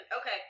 Okay